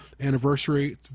anniversary